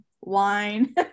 wine